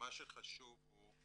מה שחשוב גם